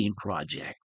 Project